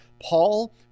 Paul